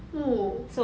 !whoa!